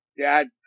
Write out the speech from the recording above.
dad